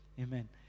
amen